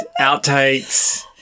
outtakes